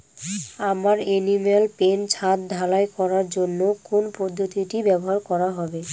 আমার animal pen ছাদ ঢালাই করার জন্য কোন পদ্ধতিটি ব্যবহার করা হবে?